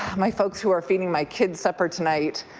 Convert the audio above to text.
my folks who are feeding my kids supper tonight,